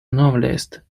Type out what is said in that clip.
novelist